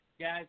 Guys